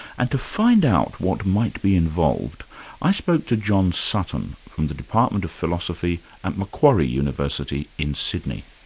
and to find out what might be involved i spoke to john sutton from the department of philosophy at macquarie university in sydney.